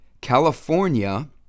California